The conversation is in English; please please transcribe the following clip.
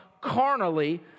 carnally